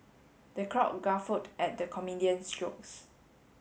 the crowd guffawed at the comedian's jokes